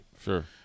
Sure